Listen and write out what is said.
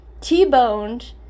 t-boned